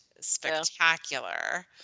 spectacular